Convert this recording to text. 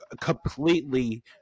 completely